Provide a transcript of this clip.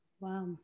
Wow